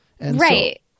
Right